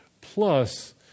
plus